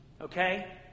Okay